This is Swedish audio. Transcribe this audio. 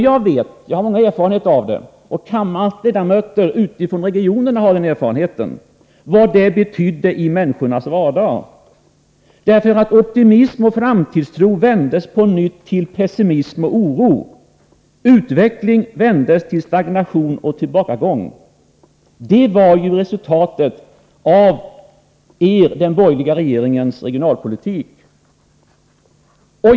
Jag, och kammarens ledamöter utifrån regionerna, har erfarenhet av vad detta betydde i människornas vardag. Optimism och framtidstro vändes på nytt till pessimism och oro. Utveckling vändes till stagnation och tillbakagång. Det var resultatet av den borgerliga regeringens regionalpolitik.